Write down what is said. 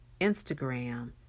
Instagram